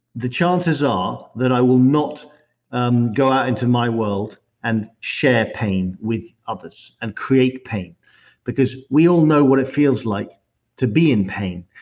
the chances are that i will not um go out into my world and share pain with others and create pain because we all know what it feels like to be in pain.